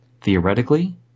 Theoretically